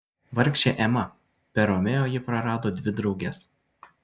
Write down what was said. vargšė ema per romeo ji prarado dvi drauges